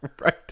Right